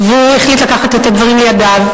והוא החליט לקחת את הדברים לידיו,